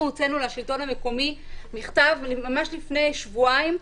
אנחנו הוצאנו לשלטון המקומי מכתב ממש לפני שבועיים,